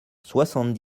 soixante